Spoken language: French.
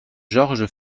georges